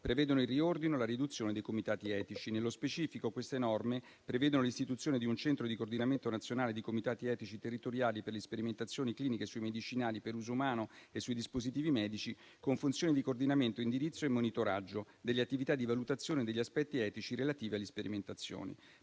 prevedono il riordino e la riduzione dei comitati etici. Nello specifico, queste norme prevedono l'istituzione di un centro di coordinamento nazionale di comitati etici territoriali per le sperimentazioni cliniche sui medicinali per uso umano e sui dispositivi medici con funzioni di coordinamento, indirizzo e monitoraggio delle attività di valutazione degli aspetti etici relativi alle sperimentazioni.